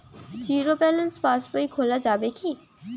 Zero balance পাশ বই খোলা যাবে কি?